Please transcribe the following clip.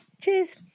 cheers